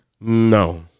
No